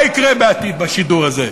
מה יקרה בעתיד בשידור הזה?